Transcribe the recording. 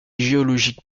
géologique